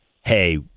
hey